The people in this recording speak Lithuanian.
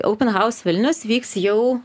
open house vilnius vyks jau